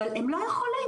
אבל הם לא יכולים,